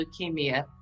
leukemia